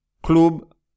club